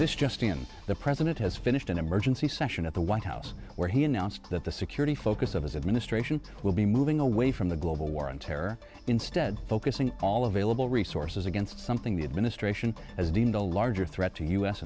this just in the president has finished an emergency session at the white house where he announced that the security focus of his administration will be moving away from the global war on terror instead focusing all available resources against something the administration has deemed a larger threat to u